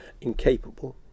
incapable